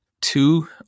two